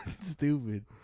Stupid